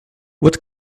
what